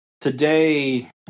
today